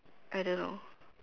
I don't know